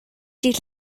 dydd